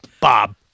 Bob